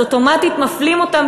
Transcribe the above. אז אוטומטית מפלים אותן,